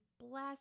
bless